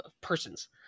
persons